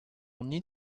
need